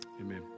Amen